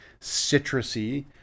citrusy